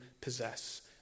possess